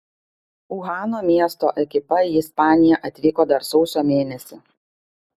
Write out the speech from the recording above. uhano miesto ekipa į ispaniją atvyko dar sausio mėnesį